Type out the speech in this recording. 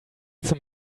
zum